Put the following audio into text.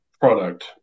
product